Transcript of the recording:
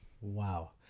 wow